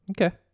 Okay